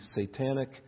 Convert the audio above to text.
satanic